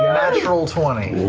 natural twenty.